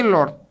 Lord